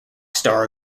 star